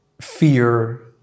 fear